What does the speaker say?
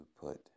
put